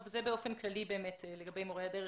זה באופן כללי לגבי מורי הדרך.